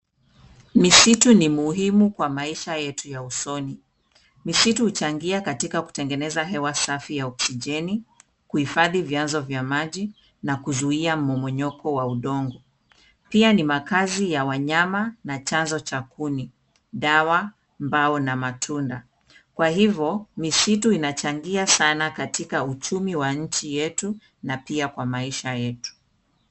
Misitu ni muhimu kwa maisha yetu ya usoni. Misitu huchangia katika kutengeneza hewa safi ya oxygeni. Kuhifadhi vyanzo vya maji na kuzuia momonyoko wa udongo, pia ni makazi ya wanyama na chanzo cha kubuni dawa, mbao na matunda. Kwa hivyo misitu inachangia sana katika uchumi wa nchi yetu na pia kwa maisha yetu.